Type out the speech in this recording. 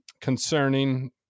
concerning